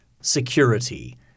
security